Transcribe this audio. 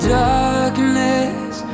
darkness